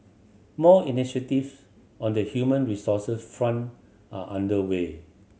more initiatives on the human resources front are under way